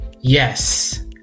Yes